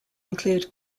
include